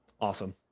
Awesome